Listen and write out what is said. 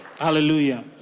hallelujah